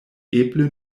eble